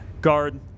Guard